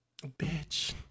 Bitch